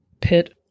pit